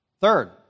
Third